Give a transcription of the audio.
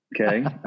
okay